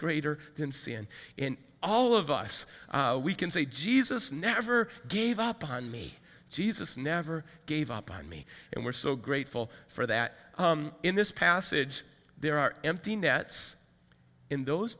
greater than sin in all of us we can say jesus never gave up on me jesus never gave up on me and we're so grateful for that in this passage there are empty nets in those